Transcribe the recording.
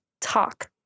talk